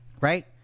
right